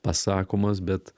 pasakomas bet